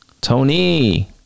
Tony